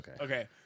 okay